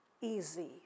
easy